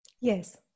Yes